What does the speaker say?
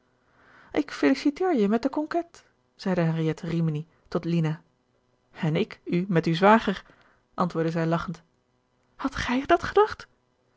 ik feliciteer je met de conquête zeide henriette rimini tot lina en ik u met uw zwager antwoordde zij lachend hadt gij dat gedacht